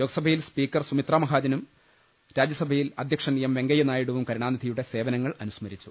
ലോക്സഭ യിൽ സ്പീക്കർ സുമിത്രാമഹാജനും രാജ്യസഭയിൽ അധൃക്ഷൻ എം വെങ്കയ്യനായിഡുവും കരുണാനിധിയുടെ സേവനങ്ങൾ അനുസ്മരിച്ചു